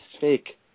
fake